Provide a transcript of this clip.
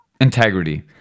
Integrity